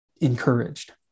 encouraged